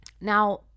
Now